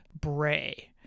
Bray